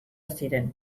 ziren